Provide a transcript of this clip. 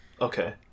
okay